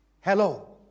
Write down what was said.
Hello